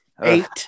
Eight